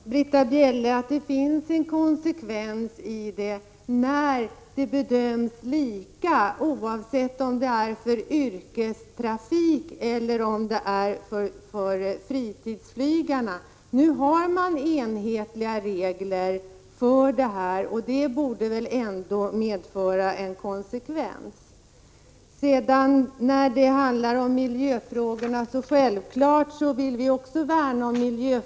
Herr talman! Jag tycker, Britta Bjelle, att det ligger en konsekvens i att bedömningen är lika, oavsett om det gäller yrkestrafiken eller fritidsflyget. Denna enhetlighet i reglerna är väl ändå en form av konsekvens. Vad gäller miljöfrågorna vill jag säga att också vi självfallet vill värna om dessa.